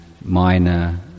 minor